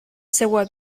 seua